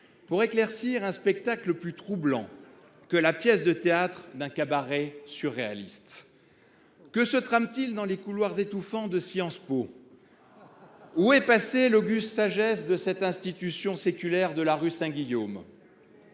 pour éclaircir un spectacle plus troublant que la pièce de théâtre d’un cabaret surréaliste : que se trame t il dans les couloirs étouffants de Sciences Po ? Où est passée l’auguste sagesse de l’institution séculaire de la rue Saint Guillaume ?